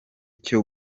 cyo